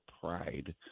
pride